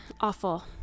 Awful